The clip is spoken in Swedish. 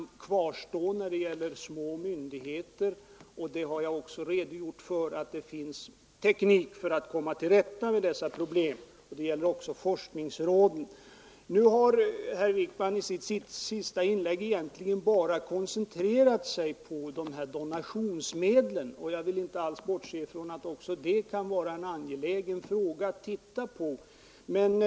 importen från mycket små myndigheter, och jag har också redogjort för att det finns u-länderna en teknik för att komma till rätta med detta problem. Detta gäller också forskningsråden. Nu har herr Wijkman i sitt senaste inlägg nästan helt koncentrerat sig på donationsmedlen. Jag vill inte alls bortse från att det kan vara angeläget att titta ytterligare på den frågan.